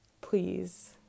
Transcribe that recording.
please